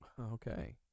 Okay